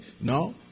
No